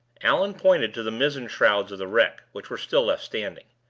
allan pointed to the mizzen shrouds of the wreck, which were still left standing.